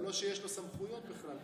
לא שיש לו סמכויות בכלל.